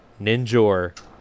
Ninjor